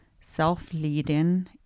self-leading